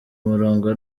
murongo